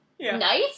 nice